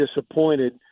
disappointed